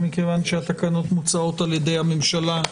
ומכיוון שהתקנות מוצעות על-ידי הממשלה,